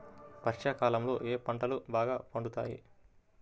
వర్షాకాలంలో ఏ పంటలు బాగా పండుతాయి?